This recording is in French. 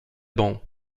bons